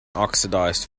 oxidised